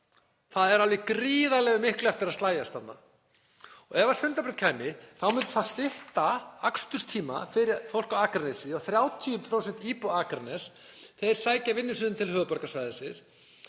Það er alveg gríðarlega miklu eftir að slægjast þarna. Ef Sundabraut kæmi þá myndi það stytta aksturstíma fyrir fólk á Akranesi. 30% íbúa Akraness sækja vinnu til höfuðborgarsvæðisins